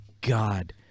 God